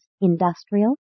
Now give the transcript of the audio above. industrial